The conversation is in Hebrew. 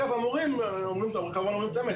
דרך אגב המורים אומרים את האמת,